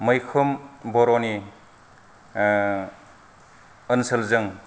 मैखोम बर'नि ओनसोलजों